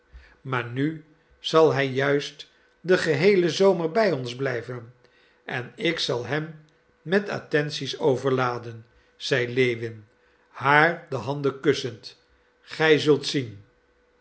maar nu zal hij juist den geheelen zomer bij ons blijven en ik zal hem met attenties overladen zei lewin haar de handen kussend gij zult zien